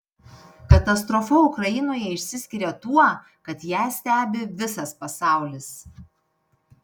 katastrofa ukrainoje išsiskiria tuo kad ją stebi visas pasaulis